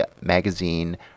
Magazine